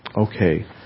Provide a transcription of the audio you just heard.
Okay